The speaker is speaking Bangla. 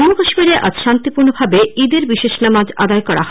জম্মু কাশ্মিরে আজ শান্তিপূর্ণভাবে ঈদের বিশেষ নামাজ আদায় করা হয়